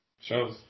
Shows